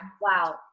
Wow